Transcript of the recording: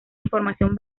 información